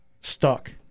stuck